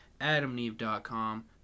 adamneve.com